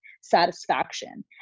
satisfaction